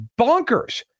bonkers